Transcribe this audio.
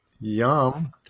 Yum